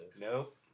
Nope